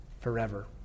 forever